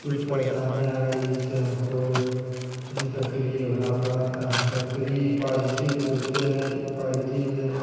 कुछ परेशानियाँ आ गई जिसमें हमको नितक्रिय होना पड़ा अब तक्रीय पाजिटिव सोचते हैं पाजिटिव